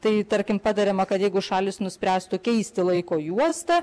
tai tarkim patariama kad jeigu šalys nuspręstų keisti laiko juostą